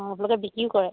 অ' আপোনালোকে বিক্ৰীও কৰে